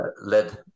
led